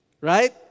Right